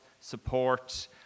support